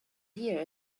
here